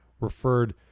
referred